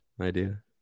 idea